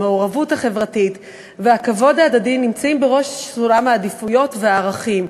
המעורבות החברתית והכבוד ההדדי נמצאים בראש סולם העדיפויות והערכים.